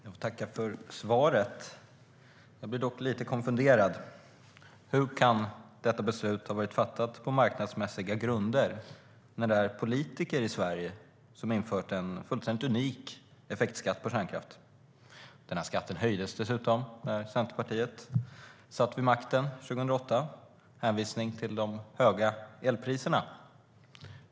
Herr talman! Jag får tacka för svaret. Jag blir dock lite konfunderad. Hur kan detta beslut ha varit fattat på marknadsmässiga grunder när det är politiker som har infört en fullständigt unik effektskatt på kärnkraft? Denna skatt höjdes dessutom när Centerpartiet satt vid makten 2008 med hänvisning till de höga elpriserna.